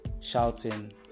shouting